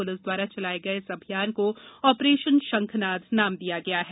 police द्वारा चलाये गये इस अभियान को आपरेशन शंखनाद नाम दिया गया है